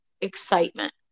Excitement